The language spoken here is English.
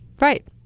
Right